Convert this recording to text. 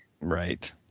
Right